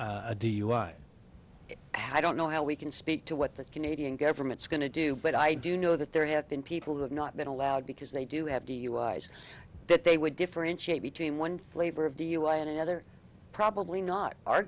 dui i don't know how we can speak to what the canadian government is going to do but i do know that there have been people who have not been allowed because they do have duis that they would differentiate between one flavor of dui and another probably not our